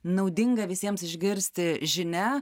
naudinga visiems išgirsti žinia